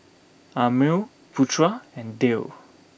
Ammir Putra and Dhia